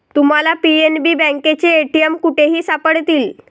तुम्हाला पी.एन.बी बँकेचे ए.टी.एम कुठेही सापडतील